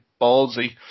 ballsy